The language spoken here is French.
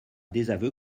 désaveu